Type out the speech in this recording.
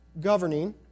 governing